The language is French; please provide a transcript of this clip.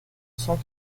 sans